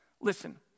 listen